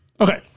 Okay